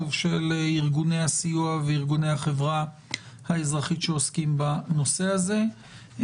של ארגוני הסיוע וארגוני החברה האזרחית שעוסקים בנושא הזה.